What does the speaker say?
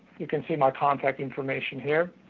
you can see my contact information here.